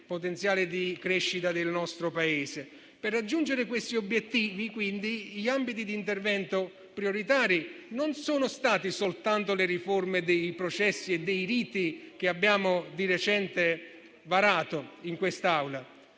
potenziale di crescita del nostro Paese. Per raggiungere questi obiettivi, quindi, gli ambiti di intervento prioritari sono stati non soltanto le riforme dei processi e dei riti che abbiamo di recente varato in quest'Aula,